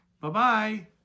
Bye-bye